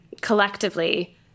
collectively